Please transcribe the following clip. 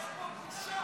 יש פה בושה,